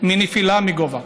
מנפילה מגובה.